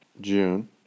June